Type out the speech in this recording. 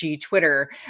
Twitter